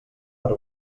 per